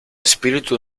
espíritu